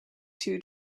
two